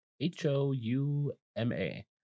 H-O-U-M-A